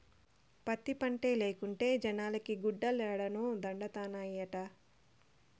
పత్తి పంటే లేకుంటే జనాలకి గుడ్డలేడనొండత్తనాయిట